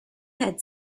had